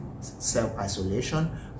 self-isolation